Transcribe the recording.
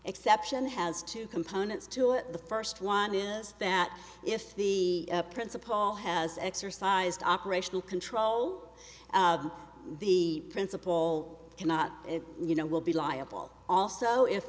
exception has two components to it the first one is that if the principal has exercised operational control the principal cannot you know will be liable also if